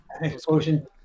Explosion